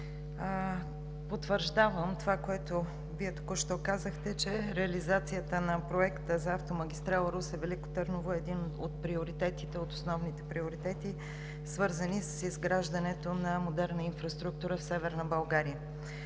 потвърждавам това което Вие току-що казахте, че реализацията на Проекта за автомагистрала Русе – Велико Търново е един от приоритетите, от основните приоритети, свързани с изграждането на модерна инфраструктура в Северна България.